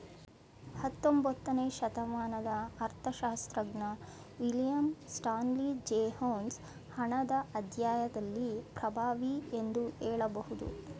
ಹತ್ತೊಂಬತ್ತನೇ ಶತಮಾನದ ಅರ್ಥಶಾಸ್ತ್ರಜ್ಞ ವಿಲಿಯಂ ಸ್ಟಾನ್ಲಿ ಜೇವೊನ್ಸ್ ಹಣದ ಅಧ್ಯಾಯದಲ್ಲಿ ಪ್ರಭಾವಿ ಎಂದು ಹೇಳಬಹುದು